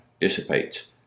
dissipates